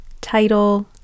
title